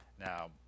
Now